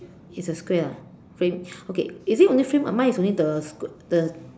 it's a square lah same okay is it only same uh mine is only the the